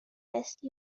best